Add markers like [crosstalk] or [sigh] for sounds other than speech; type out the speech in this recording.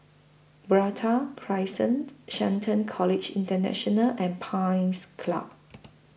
[unintelligible] Crescent Shelton College International and Pines Club